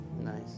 Nice